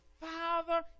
Father